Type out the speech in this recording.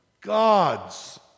God's